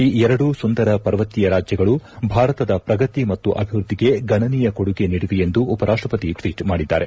ಈ ಎರಡು ಸುಂದರ ಪರ್ವತೀಯ ರಾಜ್ಯಗಳು ಭಾರತದ ಪ್ರಗತಿ ಮತ್ತು ಅಭಿವ್ವದ್ದಿಗೆ ಗಣನೀಯ ಕೊಡಗೆ ನೀಡಿವೆ ಎಂದು ಉಪರಾಷ್ಟ ಪತಿ ಟ್ವೀಟ್ ಮಾಡಿದ್ದಾರೆ